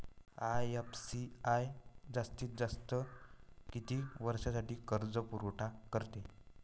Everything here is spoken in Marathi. आय.एफ.सी.आय जास्तीत जास्त किती वर्षासाठी कर्जपुरवठा करते?